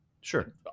Sure